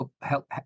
help